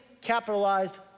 capitalized